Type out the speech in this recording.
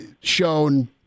shown